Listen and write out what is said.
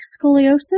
scoliosis